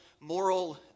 moral